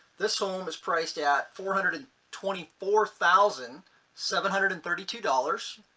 this home is priced at four hundred and twenty four thousand seven hundred and thirty two dollars.